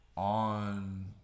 on